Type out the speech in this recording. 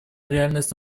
реальность